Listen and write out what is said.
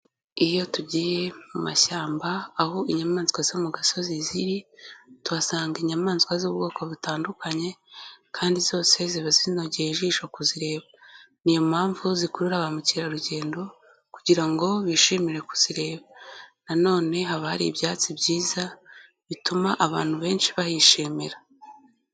Iyo tugiye mu mashyamba, aho inyamaswa zo mu gasozi ziri, tuhasanga inyamaswa z'ubwoko butandukanye kandi zose ziba zinogeye ijisho kuzireba. Ni yo mpamvu zikurura ba mukerarugendo kugira ngo bishimire kuzireba, na none haba hari ibyatsi byiza bituma abantu benshi bahishimira.